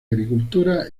agricultura